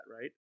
right